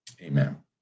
Amen